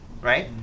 right